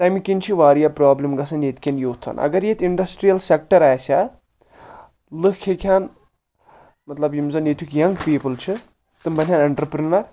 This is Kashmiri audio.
تمہِ کِنۍ چھِ واریاہ پرابلم گژھان ییٚتہِ کٮ۪ن یوٗتھن اگر ییٚتہِ انڈسٹریل سٮ۪کٹر آسہِ ہا لُکھ ہٮ۪کہِ ہان مطلب یِم زن ییٚتیُک ینٛگ پیٖپٕل چھِ تِم بنہِ ہن اٮ۪نٹرپرینر